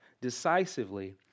decisively